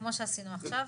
כמו שעשינו עכשיו,